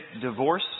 divorce